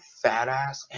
fat-ass